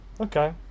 Okay